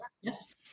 Yes